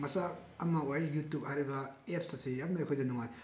ꯃꯆꯥꯛ ꯑꯃ ꯑꯣꯏ ꯌꯨꯇꯨꯞ ꯍꯥꯏꯔꯤꯕ ꯑꯦꯞꯁ ꯑꯁꯤ ꯌꯥꯝꯅ ꯑꯩꯈꯣꯏꯗ ꯅꯨꯡꯉꯥꯏ